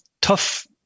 tough